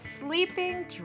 sleeping